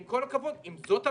עם כל הכבוד, אם זאת הבעיה,